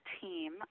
Team